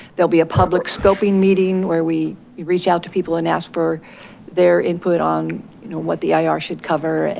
there'll be a public scoping meeting where we reach out to people and ask for their input on what the eir should cover, and